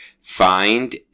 find